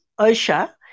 OSHA